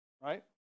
Right